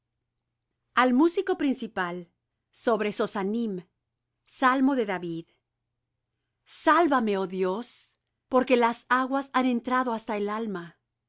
al músico principal sobre sosannim salmo de david salvame oh dios porque las aguas han entrado hasta el alma